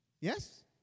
Yes